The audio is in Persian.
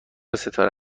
ستاره